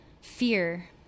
Fear